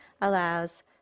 allows